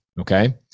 okay